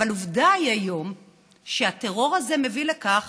אבל עובדה היא היום שהטרור הזה מביא לכך